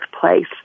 place